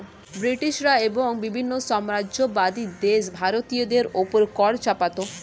ব্রিটিশরা এবং বিভিন্ন সাম্রাজ্যবাদী দেশ ভারতীয়দের উপর কর চাপাতো